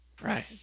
Right